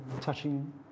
touching